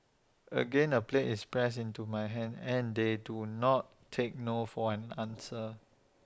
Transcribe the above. again A plate is pressed into my hands and they do not take no for an answer